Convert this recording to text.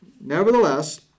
nevertheless